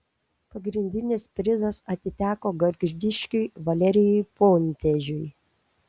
pagrindinis prizas atiteko gargždiškiui valerijui pontežiui